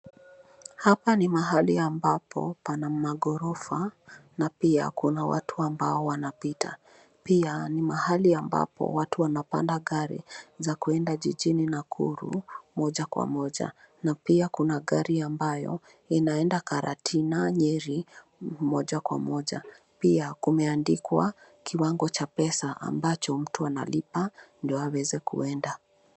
Hapa ni mahali ambapo pana maghorofa na pia kuna watu ambao wanapita. Pia ni mahali ambapo watu wanapanda gari za kuenda jijini Nakuru moja kwa moja, na pia kuna gari ambayo inaenda karatina; nyeri moja kwa moja. Pia kimeandikwa kiwango cha pesa ambacho mtu analipa ndio aweze kuenda.